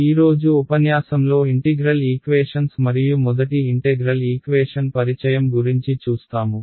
ఈరోజు ఉపన్యాసంలో integral equations మరియు మొదటి ఇంటెగ్రల్ ఈక్వేషన్ పరిచయం గురించి చూస్తాము